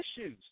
issues